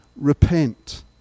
Repent